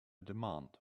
demand